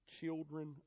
children